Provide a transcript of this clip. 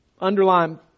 underline